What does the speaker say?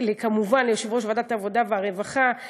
כמובן ליושב-ראש ועדת העבודה והרווחה,